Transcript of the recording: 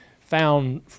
found